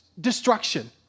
destruction